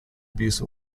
abuse